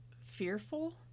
fearful